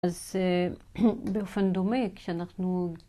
אז באופן דומה, כשאנחנו